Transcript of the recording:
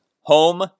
home